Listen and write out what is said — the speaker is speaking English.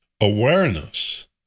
Awareness